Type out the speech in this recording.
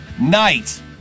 night